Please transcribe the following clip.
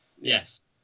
Yes